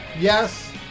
Yes